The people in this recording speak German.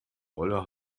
olle